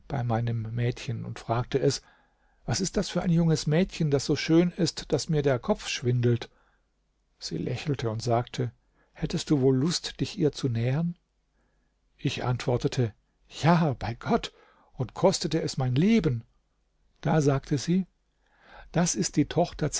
bei meinem mädchen und fragte es was ist das für ein junges mädchen das so schön ist daß mir der kopf schwindelt sie lächelte und sagte hättest du wohl lust dich ihr zu nähern ich antwortete ja bei gott und kostete es mein leben da sagte sie das ist die tochter